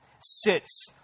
sits